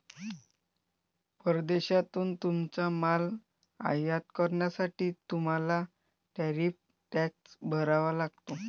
परदेशातून तुमचा माल आयात करण्यासाठी तुम्हाला टॅरिफ टॅक्स भरावा लागतो